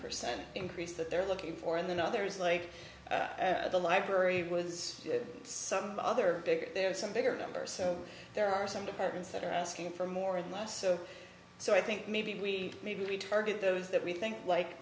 percent increase that they're looking for and then others like the library was some other big there are some bigger numbers so there are some departments that are asking for more and less so so i think maybe we maybe target those that we think like